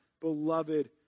beloved